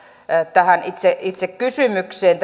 tähän itse itse kysymykseen